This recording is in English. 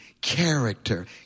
character